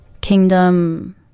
Kingdom